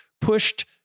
pushed